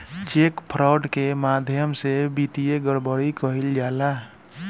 check fraud के माध्यम से वित्तीय गड़बड़ी कईल जाला